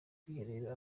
bwiherero